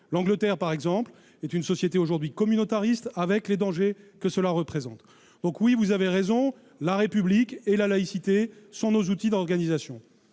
anglaise, par exemple, est une société communautariste, avec les dangers que cela représente. Oui, vous avez raison, donc : la République et la laïcité sont nos outils d'organisation.